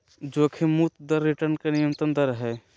जोखिम मुक्त दर रिटर्न के न्यूनतम दर हइ